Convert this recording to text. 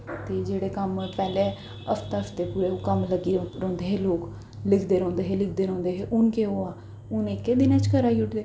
ते जेह्ड़े कम्म पैह्लें हफ्ते हफ्ते कम्म लग्गी रौंह्दे हे लोग लिखदे रौंह्दे हे लिखदे रौंह्दे हे हून केह् होआ हून इक्कै दिनै च कराई ओड़दे